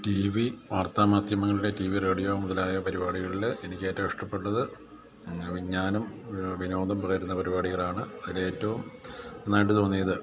TV വാർത്താ മാധ്യമങ്ങളുടെ TV radio മുതലായ പരിപാടികളിൽ എനിക്ക് ഏറ്റവും ഇഷ്ടപ്പെട്ടത് വിജ്ഞാനം വിനോദവും പകരുന്ന പരിപാടികളാണ് അതിൽ ഏറ്റവും നന്നായിട്ട് തോന്നിയത്